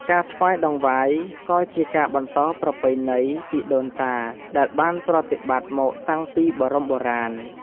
ការថ្វាយតង្វាយក៏ជាការបន្តប្រពៃណី ពីដូនតា ដែលបានប្រតិបត្តិមកតាំងពីបរមបុរាណ។